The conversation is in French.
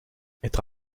être